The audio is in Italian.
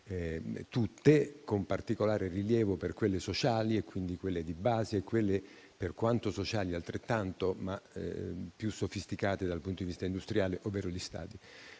con particolare rilievo per quelle sociali (quindi quelle di base) e per quelle, per quanto altrettanto sociali, più sofisticate dal punto di vista industriale, ovvero gli stadi.